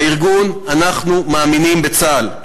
בארגון אנחנו מאמינים בצה"ל,